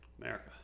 America